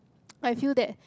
I feel that